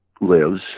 lives